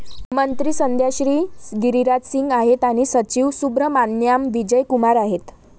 मंत्री सध्या श्री गिरिराज सिंग आहेत आणि सचिव सुब्रहमान्याम विजय कुमार आहेत